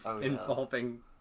involving